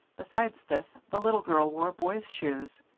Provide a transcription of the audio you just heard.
besides this, the little girl wore boys' shoes.